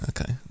okay